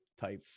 type